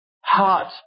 heart